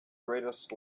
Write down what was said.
greatest